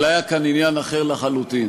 אלא היה כאן עניין אחר לחלוטין.